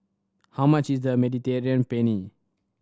how much is the Mediterranean Penne